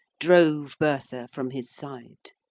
drove bertha from his side